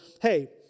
hey